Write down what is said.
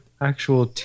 actual